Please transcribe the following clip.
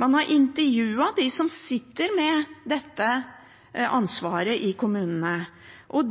Man har intervjuet dem som sitter med dette ansvaret i kommunene.